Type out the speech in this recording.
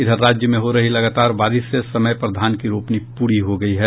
इधर राज्य में हो रही लगातार बारिश से समय पर धान की रोपनी प्ररी हो गयी है